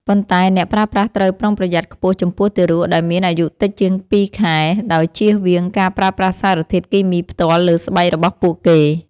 ប៉ុន្តែអ្នកប្រើប្រាស់ត្រូវប្រុងប្រយ័ត្នខ្ពស់ចំពោះទារកដែលមានអាយុតិចជាងពីរខែ ដោយជៀសវាងការប្រើប្រាស់សារធាតុគីមីផ្ទាល់លើស្បែករបស់ពួកគេ។